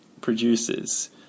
produces